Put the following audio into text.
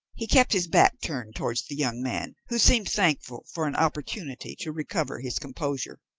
he kept his back turned towards the young man, who seemed thankful for an opportunity to recover his composure.